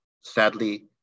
sadly